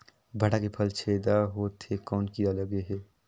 भांटा के फल छेदा होत हे कौन कीरा लगे हे?